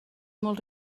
molt